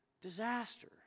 Disaster